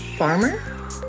farmer